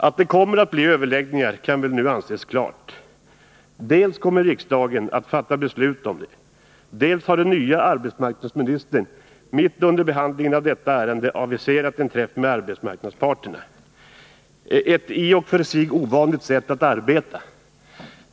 Att det kommer att bli överläggningar kan väl nu anses klart. Dels kommer riksdagen att fatta beslut om det, dels har den nye arbetsmarknadsministern mitt under behandlingen av detta ärende aviserat en träff med arbetsmarknadsparterna — ett i och för sig ovanligt sätt att arbeta.